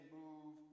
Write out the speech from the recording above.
move